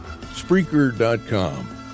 Spreaker.com